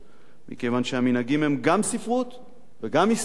מכיוון שהמנהגים הם גם ספרות וגם היסטוריה,